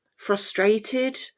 frustrated